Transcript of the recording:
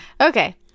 Okay